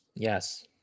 Yes